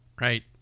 right